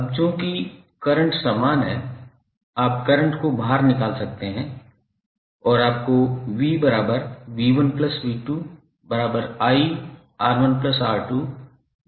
अब चूंकि करंट समान है आप करंट को बाहर निकाल सकते हैं और आपको 𝑣𝑣1𝑣2𝑖𝑅1𝑅2𝑖𝑅𝑒𝑞 मिलेगा